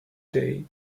today